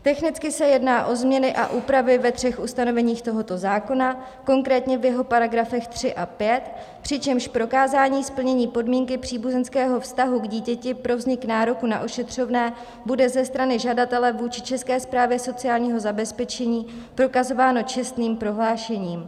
Technicky se jedná o změny a úpravy ve třech ustanoveních tohoto zákona, konkrétně v jeho paragrafech 3 a 5, přičemž prokázání splnění podmínky příbuzenského vztahu k dítěti pro vznik nároku na ošetřovné bude ze strany žadatele vůči České správě sociálního zabezpečení prokazováno čestným prohlášením.